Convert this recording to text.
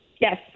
Yes